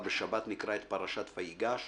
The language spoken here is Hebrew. בשבת נקרא את פרשת ויגש.